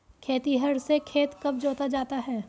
खेतिहर से खेत कब जोता जाता है?